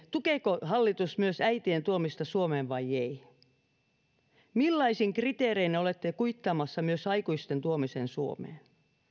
tukeeko hallitus myös äitien tuomista suomeen vai ei millaisin kriteerein olette kuittaamassa myös aikuisten tuomisen suomeen